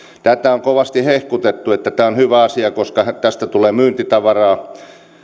tätä on kovasti hehkutettu että tämä on hyvä asia koska tästä tulee myyntitavaraa